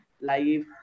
life